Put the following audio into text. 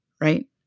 right